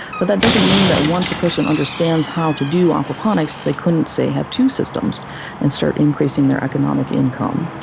but that doesn't mean that once a person understands how to do aquaponics they couldn't, say, have two systems and start increasing their economic income.